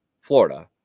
Florida